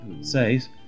says